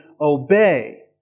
obey